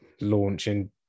launching